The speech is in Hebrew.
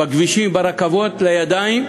הכבישים, הרכבות, לידיים,